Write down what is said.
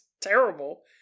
terrible